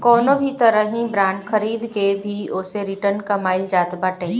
कवनो भी तरही बांड खरीद के भी ओसे रिटर्न कमाईल जात बाटे